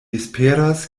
esperas